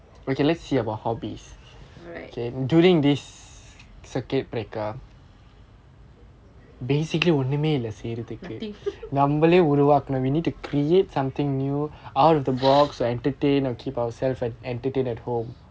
alright nothing